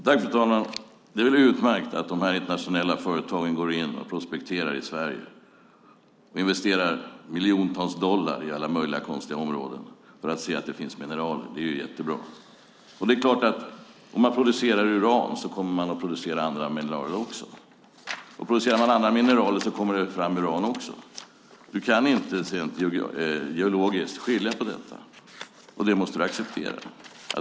Fru talman! Det är utmärkt att de internationella företagen går in och prospekterar i Sverige. De investerar miljontals dollar i alla möjliga konstiga områden för att se efter om det finns mineraler. Det är jättebra. Det är klart att om man producerar uran kommer man att producera andra mineraler också. Producerar man andra mineraler kommer det även fram uran. Man kan inte rent geologiskt skilja på detta. Det måste vi acceptera.